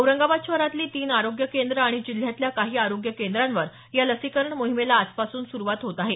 औरंगाबाद शहरातली तीन आरोग्य केंद्रं आणि जिल्ह्यातल्या काही आरोग्य केंद्रांवर या लसीकरण मोहिमेला आजपासून सुरवात होत आहे